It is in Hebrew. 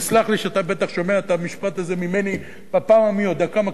תסלח לי שאתה שומע את המשפט הזה ממני בפעם המי-יודע-כמה,